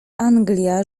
anglia